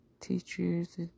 Teachers